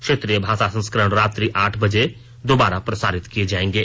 क्षेत्रीय भाषा संस्करण रात्रि आठ बजे दोबारा प्रसारित किए जाएंगे